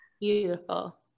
Beautiful